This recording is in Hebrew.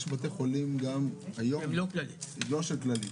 יש גם בתי חולים גם שהם לא של כללית,